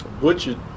butchered